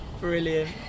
Brilliant